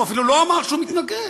הוא אפילו לא אמר שהוא מתנגד,